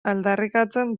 aldarrikatzen